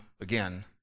again